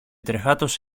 τρεχάτος